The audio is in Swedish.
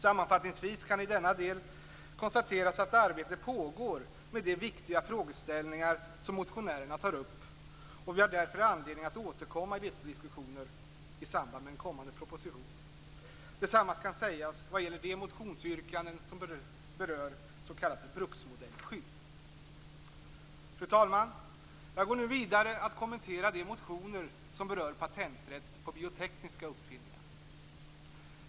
Sammanfattningsvis kan i denna del konstateras att arbete pågår med de viktiga frågeställningar som motionärerna tar upp, och vi har därför anledning att återkomma i dessa diskussioner i samband med en kommande proposition. Detsamma kan sägas vad gäller de motionsyrkanden som berör s.k. bruksmodellsskydd. Fru talman! Jag går nu vidare för att kommentera de motioner som berör patenträtt på biotekniska uppfinningar.